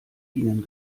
ihnen